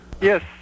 Yes